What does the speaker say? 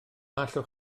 allwch